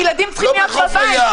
הילדים צריכים להיות בבית.